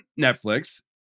Netflix